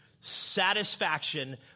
satisfaction